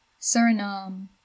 Suriname